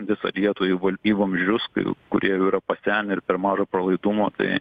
visą lietuvą į val į vamzdžius kai jau kurie jau yra pasenę ir per mažo pralaidumo tai